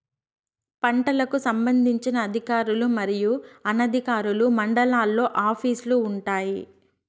పంటలకు సంబంధించిన అధికారులు మరియు అనధికారులు మండలాల్లో ఆఫీస్ లు వుంటాయి?